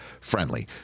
friendly